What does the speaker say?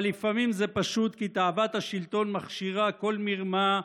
אבל לפעמים זה פשוט כי תאוות השלטון מכשירה כל מרמה,